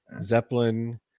Zeppelin